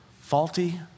Faulty